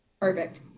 Perfect